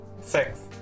Six